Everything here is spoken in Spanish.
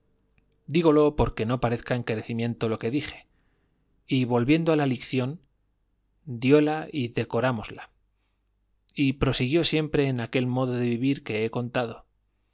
creo dígolo porque no parezca encarecimiento lo que dije y volviendo a la lición diola y decorámosla y prosiguió siempre en aquel modo de vivir que he contado